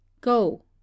Go